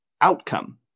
outcome